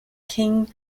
king